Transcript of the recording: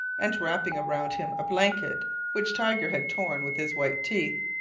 and wrapping around him a blanket which tiger had torn with his white teeth,